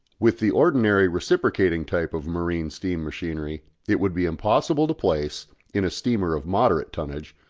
with the ordinary reciprocating type of marine steam machinery it would be impossible to place, in a steamer of moderate tonnage,